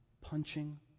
punching